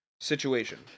situation